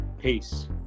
peace